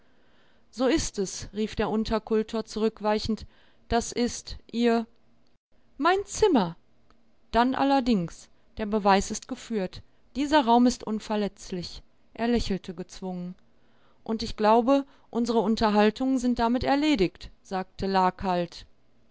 so ist es rief der unterkultor zurückweichend das ist ihr mein zimmer dann allerdings der beweis ist geführt dieser raum ist unverletzlich er lächelte gezwungen und ich glaube unsere unterhandlungen sind damit erledigt sagte la kalt